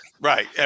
right